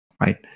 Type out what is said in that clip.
Right